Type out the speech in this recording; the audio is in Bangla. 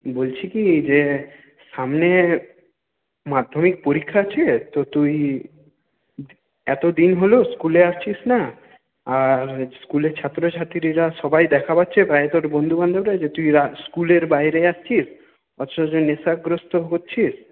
বলছি কি যে সামনে মাধ্যমিক পরীক্ষা আছে তো তুই এতদিন হলো স্কুলে আসছিস না আর স্কুলে ছাত্র ছাত্রীরেরা সবাই দেখা পাচ্ছে বাইরে তোর বন্ধুবান্ধবরা যে তুই রা স্কুলের বাইরে আসছিস অথচ নেশাগ্রস্থ হচ্ছিস